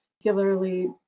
particularly